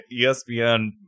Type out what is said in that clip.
ESPN